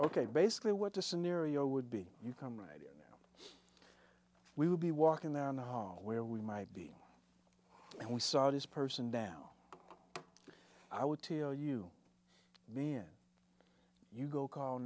ok basically what the scenario would be you come right here we will be walking down the hall where we might be and we saw this person down i would too oh you mean you go call